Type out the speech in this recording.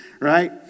right